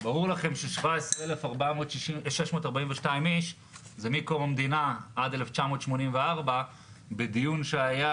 ברור לכם ש-17,642 איש זה מקום המדינה עד 1984. בדיון שהיה